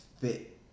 fit